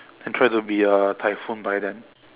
and try to be a typhoon by then